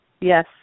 Yes